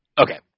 Okay